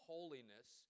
Holiness